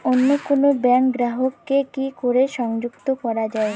অন্য কোনো ব্যাংক গ্রাহক কে কি করে সংযুক্ত করা য়ায়?